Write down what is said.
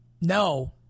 No